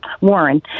warren